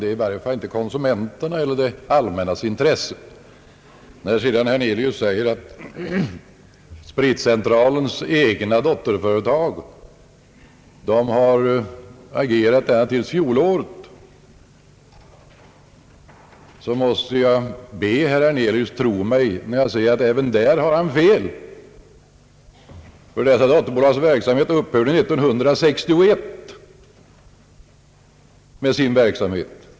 Det ligger i varje fall inte i konsumenternas eller det allmännas intresse. Vidare säger herr Hernelius att spritcentralens egna dotterföretag har agerat ända till fjolåret. Jag måste be herr Hernelius att tro mig när jag säger att även därvidlag har han fel. Dessa dotterföretag upphörde 1961 med sin verksamhet.